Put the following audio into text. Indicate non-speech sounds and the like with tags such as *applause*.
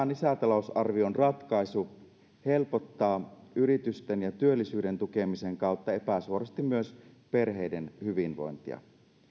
*unintelligible* lisätalousarvion ratkaisu helpottaa yritysten ja työllisyyden tukemisen kautta epäsuorasti myös perheiden hyvinvointia